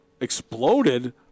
exploded